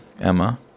Emma